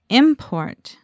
import